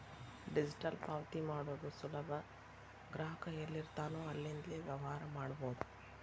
digital ಪಾವತಿ ಮಾಡೋದು ಸುಲಭ ಗ್ರಾಹಕ ಎಲ್ಲಿರ್ತಾನೋ ಅಲ್ಲಿಂದ್ಲೇ ವ್ಯವಹಾರ ಮಾಡಬೋದು